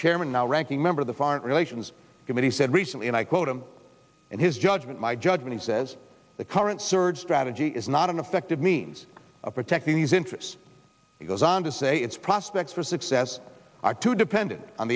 chairman now ranking member of the foreign relations committee said recently and i quote him and his judgment my judgment he says the current surge strategy is not an effective means of protecting these interests he goes on to say its prospects for success are too dependent on